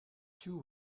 piv